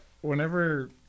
whenever